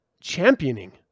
championing